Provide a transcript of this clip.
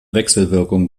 wechselwirkung